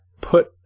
put